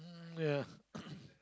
ya